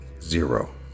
zero